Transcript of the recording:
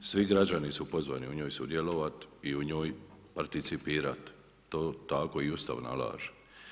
Svi građani su pozvani u njoj sudjelovati i u njoj participirati, tako i Ustav nalaže.